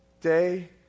Day